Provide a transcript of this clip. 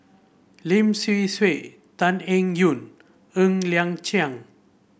Lim Swee Sui Tan Eng Yoon Ng Liang Chiang